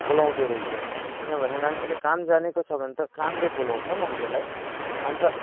बोलाउँदो रहेछ किनभने मान्छेले काम जानेको छ भने त कामले बोलाउँछ मान्छेलाई अन्त